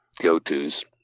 go-tos